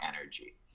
energy